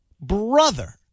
brother